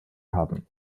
haben